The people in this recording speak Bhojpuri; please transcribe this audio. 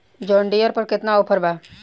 जॉन डियर पर केतना ऑफर बा?